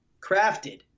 crafted